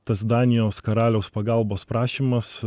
tas danijos karaliaus pagalbos prašymas